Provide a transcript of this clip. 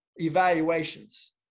evaluations